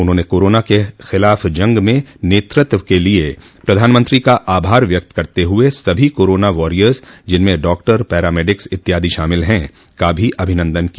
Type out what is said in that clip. उन्होंने कोरोना के खिलाफ जंग में नेतृत्व के लिए प्रधानमंत्री का आभार व्यक्त करते हुए सभी कोरोना वॉरियर्स जिनमें डॉक्टर पैरा मेडिक्स इत्यादि शामिल हैं का भी अभिनन्दन किया